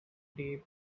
day